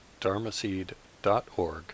dharmaseed.org